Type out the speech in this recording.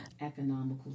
economical